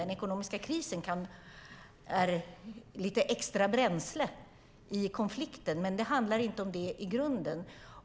Den ekonomiska krisen utgör lite extra bränsle i konflikten, men det handlar inte om det i grunden.